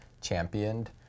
championed